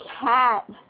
cat